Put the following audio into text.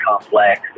complex